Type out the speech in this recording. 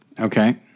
Okay